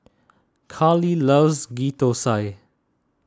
Karlee loves Ghee Thosai